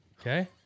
Okay